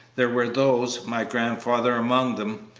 there were those, my grandfather among them,